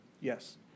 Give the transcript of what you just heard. Yes